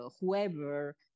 whoever